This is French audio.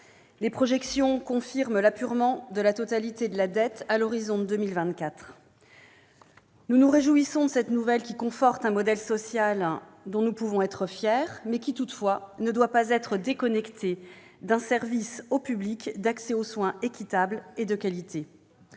les projections confirment l'apurement de la totalité de la dette à l'horizon de 2024. Nous nous félicitons de cette nouvelle, qui conforte un modèle social dont nous pouvons être fiers, mais qui ne doit pas être déconnecté d'un service public d'accès aux soins équitable et de qualité.